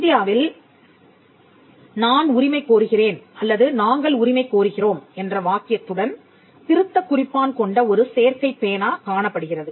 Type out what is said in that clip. இந்தியாவில் நான் உரிமை கோருகிறேன் அல்லது நாங்கள் உரிமை கோருகிறோம் என்ற வாக்கியத்துடன் திருத்தக் குறிப்பான் கொண்ட ஒரு சேர்க்கை பேனா காணப்படுகிறது